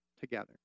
together